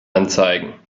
anzeigen